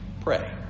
pray